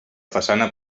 façana